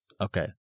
Okay